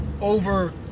over